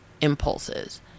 impulses